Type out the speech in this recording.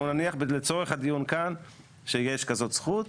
נניח לצורך הדיון כאן שיש כזאת זכות,